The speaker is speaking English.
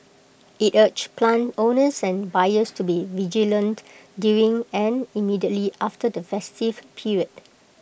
IT urged plant owners and buyers to be vigilant during and immediately after the festive period